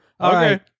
Okay